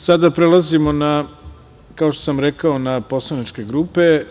Sada prelazimo na, kao što sam rekao, poslaničke grupe.